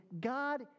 God